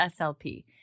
SLP